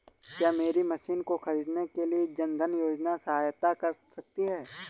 क्या मेरी मशीन को ख़रीदने के लिए जन धन योजना सहायता कर सकती है?